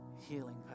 healing